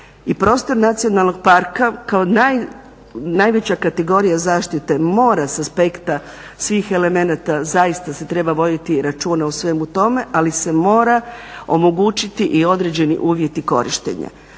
prostor nacionalnog parka kao najveća kategorija zaštite mora sa aspekta svih elemenata zaista se treba voditi računa o svemu tome ali se mora omogućiti i određeni uvjeti korištenja.